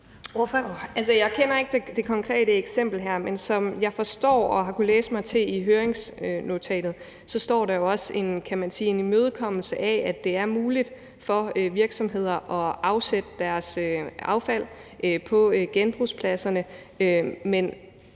Jeg kender ikke det her konkrete eksempel, men som jeg forstår det, og som jeg har kunnet læse mig til i høringsnotatet, så er der jo også en, kan man sige, imødekommelse af, at det er muligt for virksomheder at afsætte deres affald på genbrugspladserne,